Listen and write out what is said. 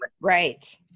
right